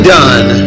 done